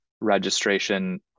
registration